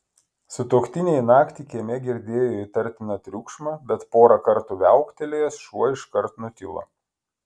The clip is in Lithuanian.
sutuoktiniai naktį kieme girdėjo įtartiną triukšmą bet porą kartų viauktelėjęs šuo iškart nutilo